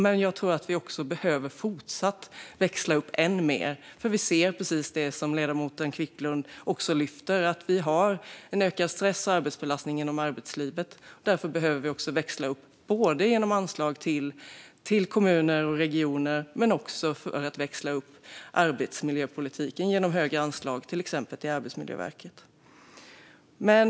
Men jag tror att vi också fortsatt behöver växla upp än mer. Vi ser det som ledamoten Quicklund lyfter fram. Vi har en ökad stress och arbetsbelastning inom arbetslivet. Därför behöver vi också växla upp både genom anslag till kommuner och regioner och inom arbetslivspolitiken genom höga anslag till exempelvis Arbetsmiljöverket.